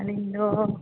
ᱟᱹᱞᱤᱧ ᱫᱚ